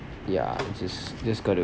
yeah it's just just going to